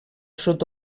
sud